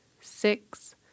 six